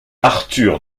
arthur